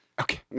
Okay